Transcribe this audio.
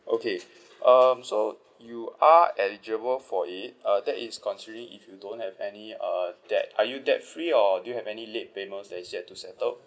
okay um so you are eligible for it uh that is considering if you don't have any uh debt are you debt free or do you have any late payments that is yet to settle